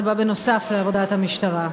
זה בא נוסף על עבודת המשטרה.